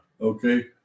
okay